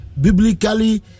biblically